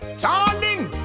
darling